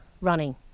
Running